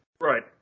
right